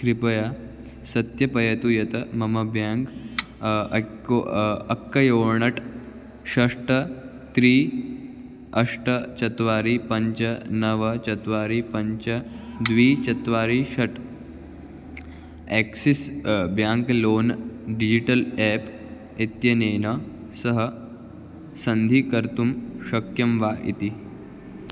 कृपया सत्यपयतु यत् मम ब्याङ्क् अक्वो अक्कयोणट् षष्ट त्रीणि अष्ट चत्वारि पञ्च नव चत्वारि पञ्च द्वे चत्वारि षट् Axis bank loan digital app इत्यनेन सह सन्धीकर्तुं शक्यं वा इति